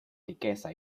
riqueza